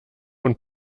von